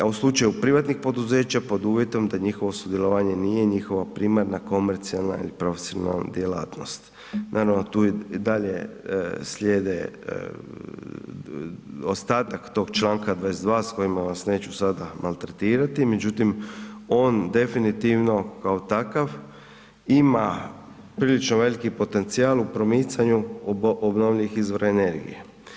A u slučaju privatnih poduzeća pod uvjetom da njihovo sudjelovanje nije njihova primarna komercijalna ili profesionalna djelatnost“ Naravno tu i dalje slijede ostatak tog Članka 22. s kojima vas neću sada maltretirati međutim on definitivno kao takav ima prilično veliki potencijal u promicanju obnovljivih izvora energije.